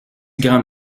grands